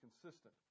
consistent